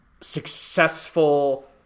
successful